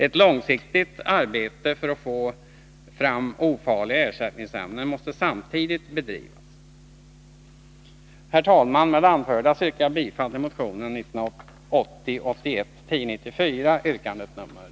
Ett långsiktigt arbete för att få fram ofarliga ersättningsämnen måste samtidigt bedrivas. Herr talman! Med det anförda yrkar jag bifall till motion 1980/81:1094, yrkande nr 2.